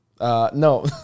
No